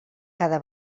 cada